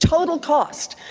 total cost.